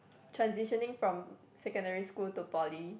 transitioning from secondary school to Poly